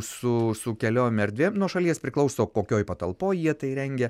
su su keliom erdvėm nuo šalies priklauso kokioj patalpoj jie tai rengia